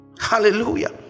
Hallelujah